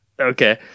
Okay